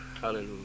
Hallelujah